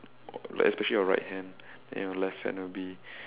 like especially your right hand then your left hand will be